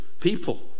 people